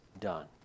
done